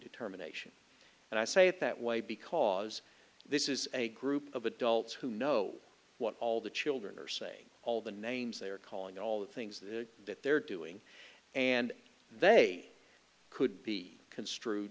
determination and i say it that way because this is a group of adults who know what all the children are saying all the names they are calling all the things that that they're doing and they could be construed